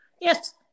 Yes